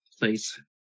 please